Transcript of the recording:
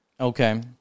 Okay